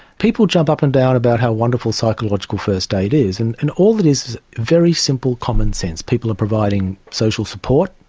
people jump up and down about how wonderful psychological first aid is and and all it is, is very simple common sense. people providing social support,